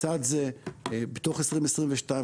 לצד זה בתוך 2022,